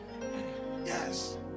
yes